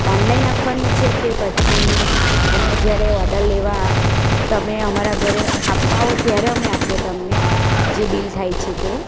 online આપવાની છે કે પછી અમે જ્યારે ઓર્ડર લેવા તમે અમારા ઘરે આપવા આવો ત્યારે અમે આપીએ તમને જે બિલ થાય છે તે